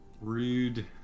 rude